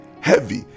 heavy